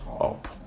up